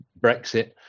Brexit